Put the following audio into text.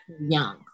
young